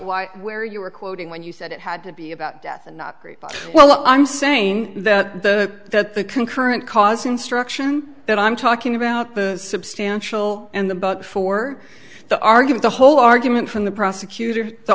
why where you were quoting when you said it had to be about death and not great but well i'm saying that the that the concurrent cause instruction that i'm talking about the substantial and the but for the argue the whole argument from the prosecutor the